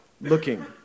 looking